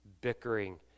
bickering